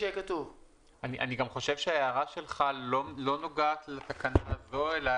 אני חושב שההערה שלך לא נוגעת לתקנה הזו אלא